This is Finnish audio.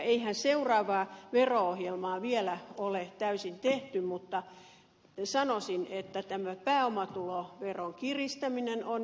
eihän seuraavaa vero ohjelmaa vielä ole täysin tehty mutta sanoisin että tämä pääomatuloveron kiristäminen on järkevää